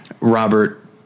robert